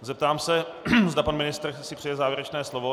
Zeptám se, zda pan ministr si přeje závěrečné slovo.